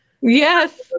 Yes